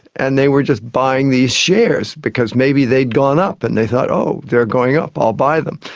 and they were just buying these shares because maybe they had gone up and they thought, oh, they are going up, i'll buy them.